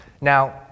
Now